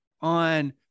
on